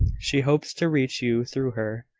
she hopes to reach you through her.